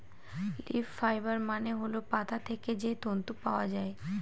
leaf fibre মানে হল পাতা থেকে যে তন্তু পাওয়া যায়